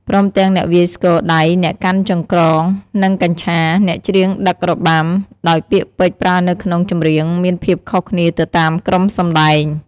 ព្រមទាំងអ្នកវាយស្គរដៃ អ្នកកាន់ចង្រ្កង់ និងកញ្ឆា អ្នកច្រៀងដឹករបាំ ដោយពាក្យពេចន៍ប្រើនៅក្នុងចម្រៀងមានភាពខុសគ្នាទៅតាមក្រុមសម្ដែង។